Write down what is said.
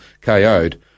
KO'd